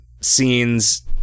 scenes